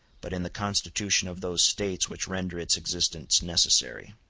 but in the constitution of those states which render its existence necessary.